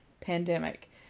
pandemic